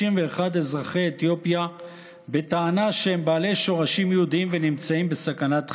61 אזרחי אתיופיה בטענה שהם בעלי שורשים יהודיים ונמצאים בסכנת חיים.